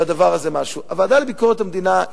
משהו על הדבר הזה: הוועדה לביקורת המדינה,